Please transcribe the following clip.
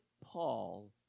Paul